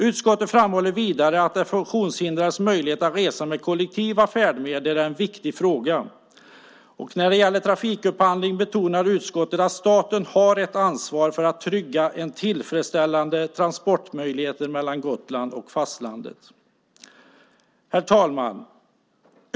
Utskottet framhåller vidare att de funktionshindrades möjligheter att resa med kollektiva färdmedel är en viktig fråga. När det gäller trafikupphandling betonar utskottet att staten har ett ansvar för att trygga tillfredsställande transportmöjligheter mellan Gotland och fastlandet. Herr talman!